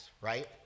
right